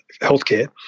healthcare